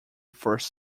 first